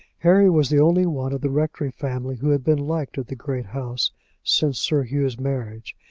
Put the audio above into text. harry was the only one of the rectory family who had been liked at the great house since sir hugh's marriage,